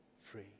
free